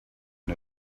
and